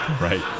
right